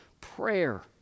Prayer